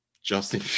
Justin